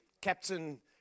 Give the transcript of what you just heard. Captain